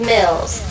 Mills